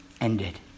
ended